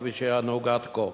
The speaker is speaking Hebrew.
כפי שהיה נהוג עד כה.